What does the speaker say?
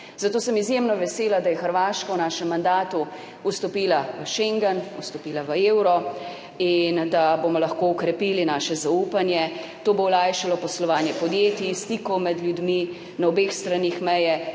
Zato sem izjemno vesela, da je Hrvaška v našem mandatu vstopila v schengen, vstopila v evro in da bomo lahko okrepili naše zaupanje, to bo olajšalo poslovanje podjetij, stikov med ljudmi na obeh straneh meje.